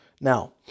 Now